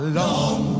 long